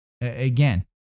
again